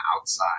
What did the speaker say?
outside